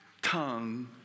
Tongue